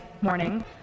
morning